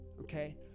Okay